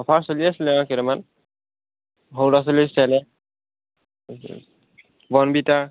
offer চলি আছিল আৰু কেইটামান সৰু লৰা ছোৱালীৰ চেৰেলেক বনভিটা